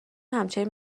همچنین